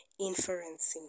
inferencing